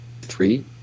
three